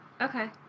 Okay